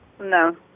No